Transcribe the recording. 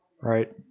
right